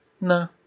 No